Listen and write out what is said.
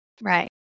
Right